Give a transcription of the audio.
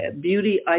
Beauty